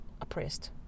oppressed